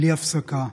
בלי הפסקה,